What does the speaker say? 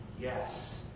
Yes